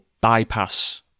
bypass